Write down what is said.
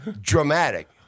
dramatic